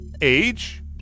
age